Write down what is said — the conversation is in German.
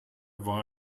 war